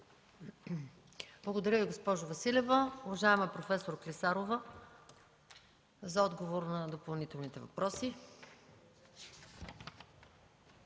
Благодаря Ви, госпожо Василева. Уважаема проф. Клисарова, за отговор на допълнителните въпроси.